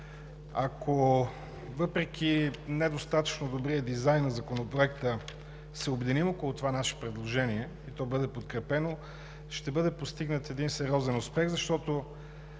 ако въпреки недостатъчно добрия дизайн на Законопроекта се обединим около това наше предложение и то бъде подкрепено, ще бъде постигнат един сериозен успех, защото